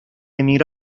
emigró